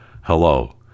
Hello